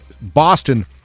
Boston